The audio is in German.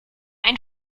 ein